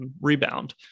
rebound